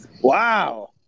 Wow